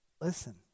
listen